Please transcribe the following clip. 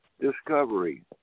discovery